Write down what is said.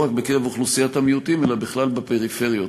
לא רק בקרב אוכלוסיית המיעוטים אלא בכלל בפריפריות.